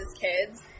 kids